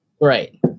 right